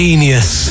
Genius